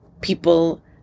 people